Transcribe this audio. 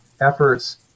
efforts